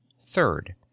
THIRD